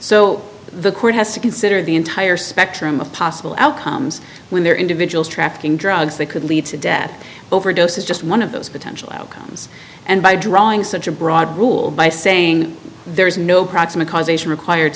so the court has to consider the entire spectrum of possible outcomes when there are individuals trafficking drugs that could lead to death overdose is just one of those potential outcomes and by drawing such a broad rule by saying there is no proximate cause ation required